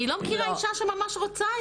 אני לא מכירה אישה שממש רוצה את זה.